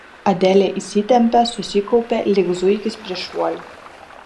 adelė įsitempė susikaupė lyg zuikis prieš šuolį